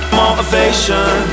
motivation